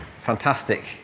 fantastic